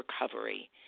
recovery